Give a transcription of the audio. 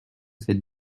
ces